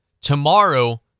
Tomorrow